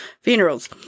funerals